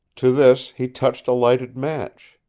to this he touched a lighted match.